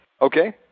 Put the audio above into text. Okay